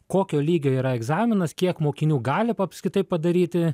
kokio lygio yra egzaminas kiek mokinių gali apskritai padaryti